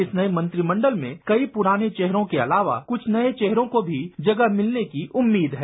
इस नए मंत्रिमंडल में कई पुराने चेहरों के अलावा कुछ नए चेहरों को भी जगह मिलने की उम्मीद है